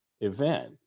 event